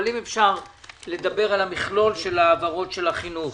אבל אם אפשר לדבר על המכלול של ההעברות לחינוך.